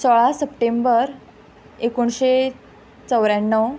सोळा सप्टेंबर एकोणशें चवऱ्याण्णव